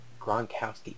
Gronkowski